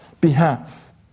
behalf